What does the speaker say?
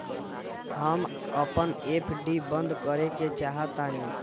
हम अपन एफ.डी बंद करेके चाहातानी